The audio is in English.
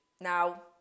Now